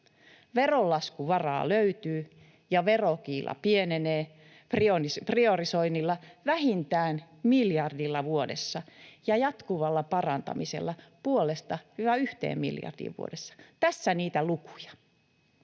Veronlaskuvaraa löytyy ja verokiila pienenee priorisoinnilla vähintään miljardilla vuodessa ja jatkuvalla parantamisella puolesta yhteen miljardiin vuodessa. Tässä niitä lukuja.